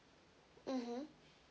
mmhmm